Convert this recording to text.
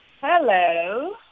Hello